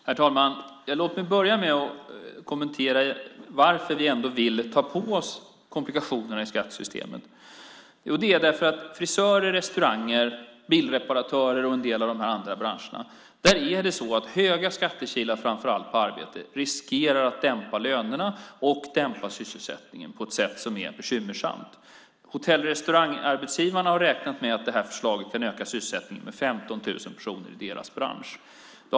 Herr talman! Låt mig börja med att kommentera varför vi ändå vill ta på oss komplikationerna i skattesystemet. Det är för att för frisörer, restauranger, bilreparatörer och i en del andra branscher riskerar höga skattekilar på arbete att dämpa lönerna och sysselsättningen på ett sätt som är bekymmersamt. Hotell och restaurangarbetsgivarna har räknat med att det här förslaget kan öka sysselsättningen med 15 000 personer i deras bransch.